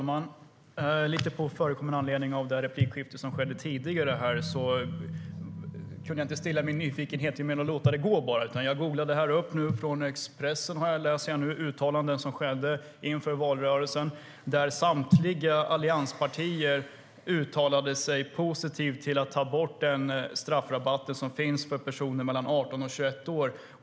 Herr talman! Med anledning av det tidigare replikskiftet kan jag inte låta det gå förbi utan måste stilla min nyfikenhet. Jag googlade, och från Expressen vill jag återge uttalanden som gjordes inför valrörelsen. Samtliga allianspartier uttalade sig då positivt om att ta bort den straffrabatt som finns för personer mellan 18 och 21 år.